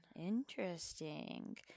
Interesting